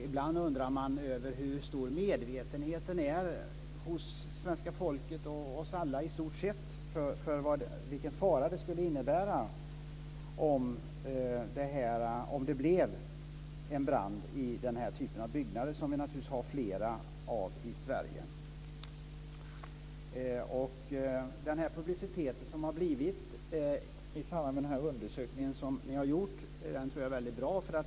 Ibland undrar man över hur stor medvetenheten är hos svenska folket, i stort sett oss alla, när det gäller vilken fara det skulle innebära om det blev en brand i den här typen av byggnader, som vi naturligtvis har flera av i Sverige. Den publicitet som har blivit i samband med den undersökning som ni har gjort tror jag är väldigt bra.